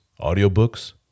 audiobooks